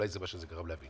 אולי זה מה שגרם להבין.